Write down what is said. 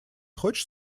хочешь